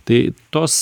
tai tos